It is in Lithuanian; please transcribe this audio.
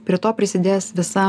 prie to prisidės visa